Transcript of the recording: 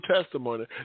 testimony